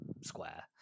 square